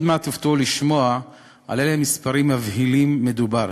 עוד מעט תופתעו לשמוע על אילו מספרים מבהילים מדובר.